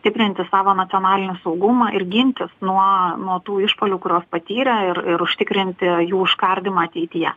stiprinti savo nacionalinį saugumą ir gintis nuo nuo tų išpuolių kuriuos patyrė ir ir užtikrinti jų užkardymą ateityje